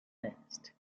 nest